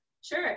Sure